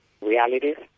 realities